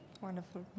Wonderful